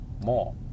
more